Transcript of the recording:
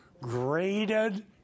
graded